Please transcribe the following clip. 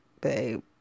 babe